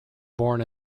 born